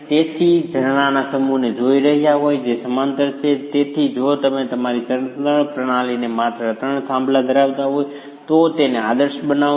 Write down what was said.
તેથી જો તમે ઝરણાના સમૂહને જોઈ રહ્યા હોવ જે સમાંતર છે તેથી જો તમે તમારી ચણતર પ્રણાલીને માત્ર 3 થાંભલા ધરાવતો હોય તો તેને આદર્શ બનાવો